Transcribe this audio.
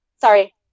Sorry